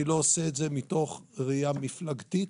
אני לא עושה את זה מתוך ראייה מפלגתית,